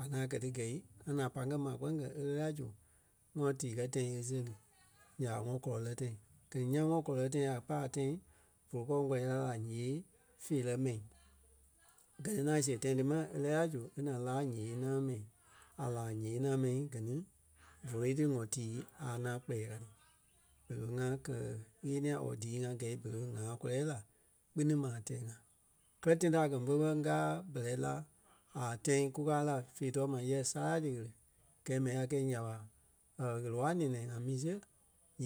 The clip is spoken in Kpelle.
A ŋaŋ kɛ́ ti gɛi ŋa ŋaŋ pai ŋ́gɛ maa kpeŋ kɛ́ e lɛ́ɛ la zu wɔ́ tii kɛ́ tãi e sèri nya ɓa ŋɔnɔ kɔlɔ lɛ́ tãi. Gɛ ni ńyãa ŋɔnɔ kɔlɔ lɛ́ tãi a pai a tãi vóloi kɔŋ kɔlɔi laa a ǹyee feerɛ mɛi. Gɛ ni ŋaŋ siɣe tãi ti ma e lɛ́ɛ la zu e ŋaŋ laa ǹyee naaŋ mɛi. A laa ǹyee naaŋ mɛi, gɛ ni vóloi ti wɔ tii a naa kpɛɛ ka ti. Mɛni ɓé ŋa kɛ ɣeniɛ or dii ŋa gɛ̀i berei ɓé ŋaa kɔlɛ la kpini ma tɛɛ-ŋa. Kɛ́lɛ tãi ti a kɛ̀ ḿve bɛ ŋ́gaa bɛrɛ la aa tãi kukaa la fíi-tɔɔ ma yɛ saladɛ ɣele gɛi mɛni a kɛ̂i nya ɓa ɣele-wala nɛ̃ɛ-nɛɛ ŋa mi siɣe